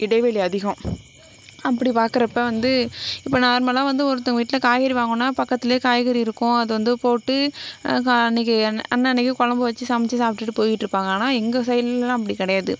இடைவெளி அதிகம் அப்படி பாக்கிறப்ப வந்து இப்போ நார்மலாக வந்து ஒருத்தவங்க வீட்டில் காய்கறி வாங்கணுனா பக்கத்துலேயே காய்கறி இருக்கும் அது வந்து போட்டு அன்னைக்கு அன்னன்னைக்கு குழம்பு வெச்சு சமைச்சி சாப்பிட்டுட்டு போய்ட்ருப்பாங்க ஆனால் எங்கள் சைடுலலாம் அப்படி கிடையாது